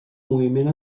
moviment